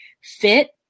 fit